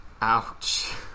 Ouch